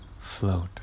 float